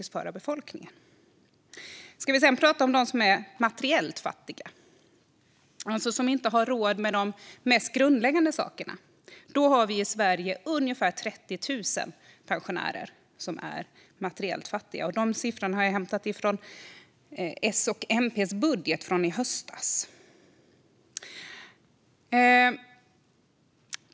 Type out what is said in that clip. Sedan kan vi tala om dem som är materiellt fattiga, alltså de som inte har råd med de mest grundläggande sakerna. Vi har i Sverige ungefär 30 000 pensionärer som är materiellt fattiga. Den siffran har jag hämtat från höstens budget från S och MP.